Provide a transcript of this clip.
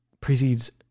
precedes